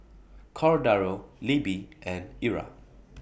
Cordaro Libbie and Ira